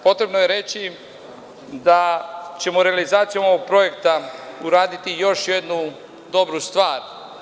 Potrebno je reći da ćemo realizacijom ovog projekta uraditi još jednu dobru stvar.